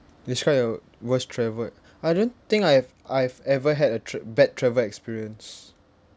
describe your worst travel I don't think I've I've ever had a tr~ bad travel experience